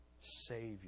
Savior